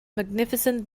magnificent